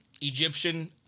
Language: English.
Egyptian